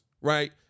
right